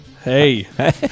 hey